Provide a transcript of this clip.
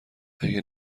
اگه